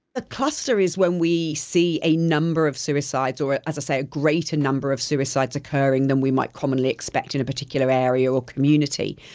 a cluster is when we see a number of suicides or, as i say, a greater number of suicides occurring than we might commonly expect in a particular area or community.